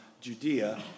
Judea